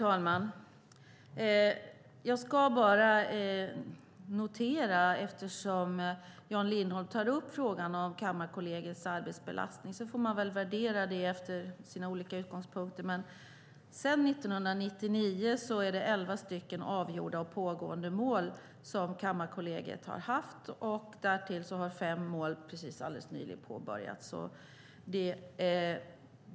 Herr talman! Jan Lindholm tar upp frågan om Kammarkollegiets arbetsbelastning. Man får väl värdera det efter olika utgångspunkter, men sedan 1999 har Kammarkollegiet elva avgjorda och pågående mål. Därtill har fem mål nyligen påbörjats.